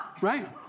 right